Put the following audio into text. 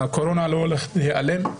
הקורונה לא הולכת להיעלם,